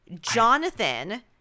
Jonathan